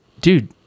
dude